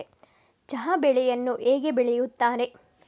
ಚಹಾ ಬೆಳೆಯನ್ನು ಹೇಗೆ ಬೆಳೆಯುತ್ತಾರೆ?